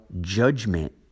judgment